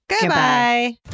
Goodbye